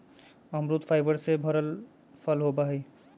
अमरुद फाइबर से भरल फल होबा हई